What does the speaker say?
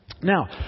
Now